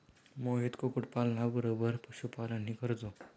मोहित कुक्कुटपालना बरोबर पशुपालनही करतो